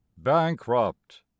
Bankrupt